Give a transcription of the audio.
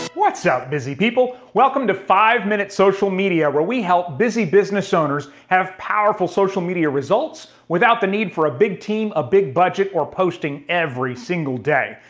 what's up, busy people? welcome to five minutes social media where we help busy business owners have powerful social media results without the need for a big team, a big budget or posting every single day.